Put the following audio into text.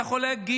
אתה יכול להגיד,